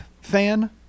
fan